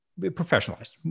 professionalized